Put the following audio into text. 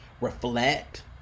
reflect